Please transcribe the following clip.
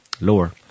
lower